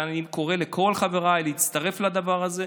ואני קורא לכל חבריי להצטרף לדבר הזה,